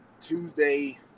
Tuesday